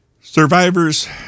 Survivors